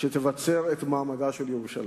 שתבצר את מעמדה של ירושלים.